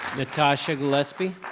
natasha gillespie?